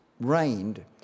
reigned